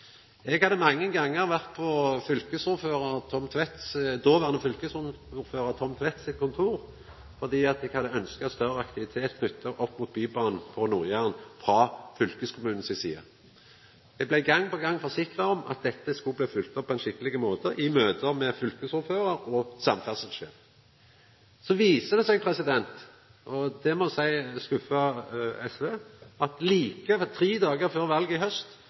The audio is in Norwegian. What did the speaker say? Eg har mange gonger vore på dåverande fylkesordførar Tom Tvedt sitt kontor fordi eg ønskte ein større aktivitet, knytt opp mot bybane på Nord-Jæren, frå fylkeskommunen si side. Eg blei gong på gong i møte med fylkesordføraren og samferdslesjefen forsikra om at dette skulle bli følgt opp på ein skikkeleg måte. Så viser det seg – og det må eg seia skuffar SV – at tre dagar før valet i haust